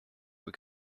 were